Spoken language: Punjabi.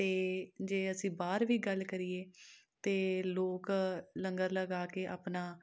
ਅਤੇ ਜੇ ਅਸੀਂ ਬਾਹਰ ਵੀ ਗੱਲ ਕਰੀਏ ਤਾਂ ਲੋਕ ਲੰਗਰ ਲਗਾ ਕੇ ਆਪਣਾ